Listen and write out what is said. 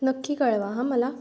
नक्की कळवा हां मला